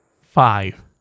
Five